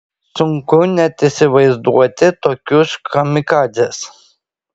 sunku net įsivaizduoti tokius kamikadzes